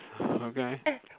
Okay